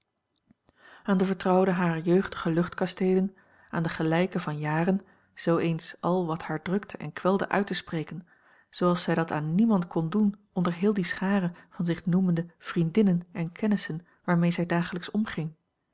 aan de vertrouwde harer jeugdige luchtkasteelen aan de gelijke van jaren zoo eens al wat haar drukte en kwelde uit te spreken zooals zij dat aan niemand kon doen onder heel die schare van zich noemende vriendinnen en kennissen waarmee zij dagelijks omging